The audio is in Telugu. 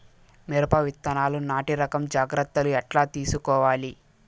మిరప విత్తనాలు నాటి రకం జాగ్రత్తలు ఎట్లా తీసుకోవాలి?